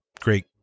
great